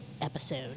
episode